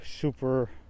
super